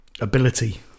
Ability